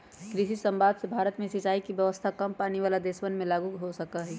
कृषि समवाद से भारत में सिंचाई के व्यवस्था काम पानी वाला देशवन में लागु हो सका हई